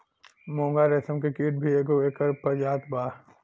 मूंगा रेशम के कीट भी एगो एकर प्रजाति बा